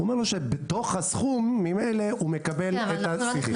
הוא אומר לו שבתוך הסכום הוא ממילא מקבל את ה-CT.